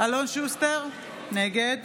אלון שוסטר, נגד